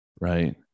right